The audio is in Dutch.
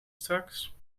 straks